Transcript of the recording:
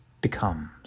becomes